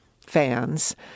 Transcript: fans